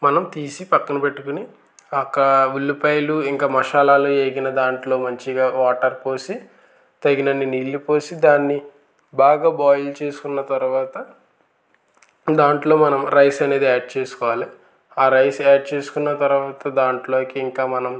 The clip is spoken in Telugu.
మనం తీసి పక్కన పెట్టుకుని కా ఉల్లిపాయలు ఇంకా మసాలాలు వేగిన దాంట్లో మంచిగా వాటర్ పోసి తగినన్ని నీళ్ళు పోసి దాన్ని బాగా బాయిల్ చేసుకున్న తర్వాత దాంట్లో మనం రైస్ అనేది యాడ్ చేసుకోవాలి ఆ రైస్ యాడ్ చేసుకున్న తర్వాత దాంట్లోకి ఇంకా మనం